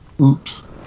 Oops